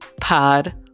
Pod